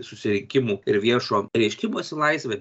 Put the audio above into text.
susirinkimų ir viešo reiškimosi laisvė